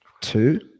Two